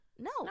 No